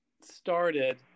started